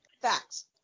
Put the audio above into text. Facts